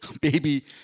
baby